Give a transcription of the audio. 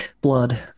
blood